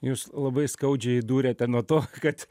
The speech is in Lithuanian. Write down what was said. jūs labai skaudžiai įdūrėt ten nuo to kad